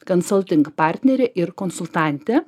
consulting partnerė ir konsultantė